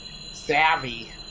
savvy